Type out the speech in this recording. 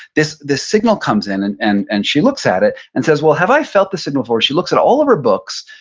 this this signal comes in, and and and she looks at it and says, well, have i felt this signal before? she looks at all of her books,